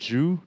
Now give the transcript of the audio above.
Jew